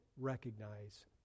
recognize